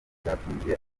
byatunguye